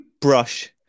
brush